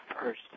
first